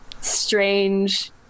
strange